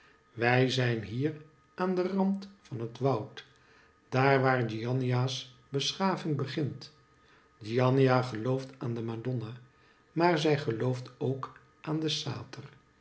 wij zijn hier aan den rand van het woud daar waar giannina's beschaving begint giannina gelooft aan de madonna maar zij gelooft ook aan den